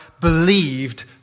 believed